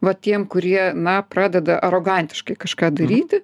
va tiem kurie na pradeda arogantiškai kažką daryti